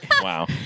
Wow